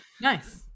nice